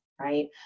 right